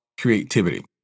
creativity